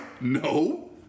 No